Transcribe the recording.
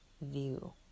view